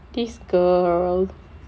this girl